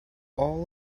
all